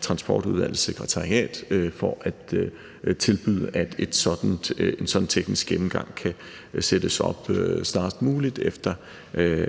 Transportudvalgets sekretariat for at tilbyde, at en sådan teknisk gennemgang kan sættes op snarest muligt efter